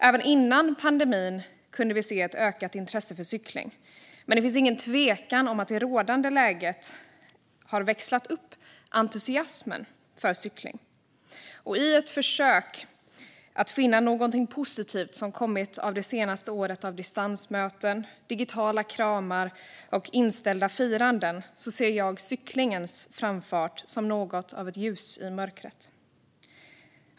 Även innan pandemin kunde vi se ett ökat intresse för cykling, men det är ingen tvekan om att entusiasmen för cykling har växlats upp i det rådande läget. Under ett år av distansmöten, digitala kramar och inställda firanden ser jag det ökande cyklandet som ett litet ljus i mörkret.